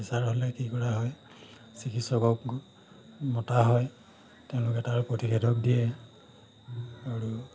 pressure হ'লে কি কৰা হয় চিকিৎসকক মতা হয় তেওঁলোকে তাৰ প্ৰতিষেধক দিয়ে আৰু